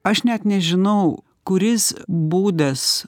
aš net nežinau kuris būdas